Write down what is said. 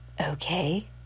okay